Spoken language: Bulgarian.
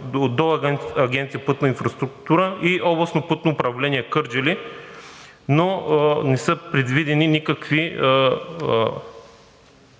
до Агенция „Пътна инфраструктура“ и Областно пътно управление – Кърджали, но не са предвидени никакви действия